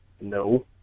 no